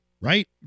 right